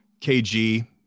KG